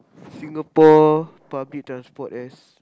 Singapore public transport as